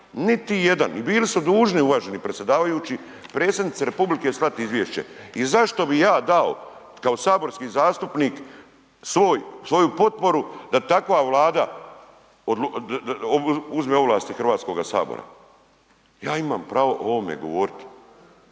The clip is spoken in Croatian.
niti jedan i bili su dužni uvaženi predsjedavajući predsjednici RH slati izvješće i zašto bi ja dao kao saborski zastupnik svoj, svoju potporu da takva Vlada uzme ovlasti HS, ja imamo pravo o ovome govoriti,